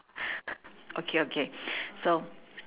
okay okay so